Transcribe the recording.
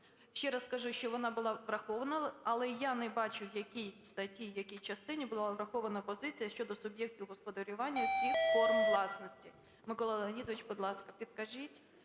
Ще раз кажу, що вона була врахована, але я не бачу, в якій статті, в якій частині була врахована позиція щодо суб'єктів господарювання всіх форм власності. Микола Леонідович, будь ласка, підкажіть